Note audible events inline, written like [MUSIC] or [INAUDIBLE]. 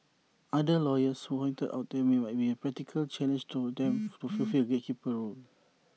other lawyers pointed out that there might be practical challenges to them [NOISE] to fulfil A gatekeeper's role